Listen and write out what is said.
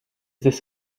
this